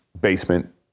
basement